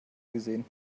gesehen